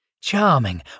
Charming